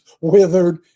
withered